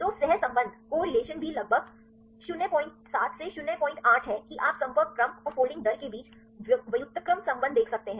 तो सहसंबंध भी लगभग 07 से 08 है कि आप संपर्क क्रम और फोल्डिंग दर के बीच व्युत्क्रम संबंध देख सकते हैं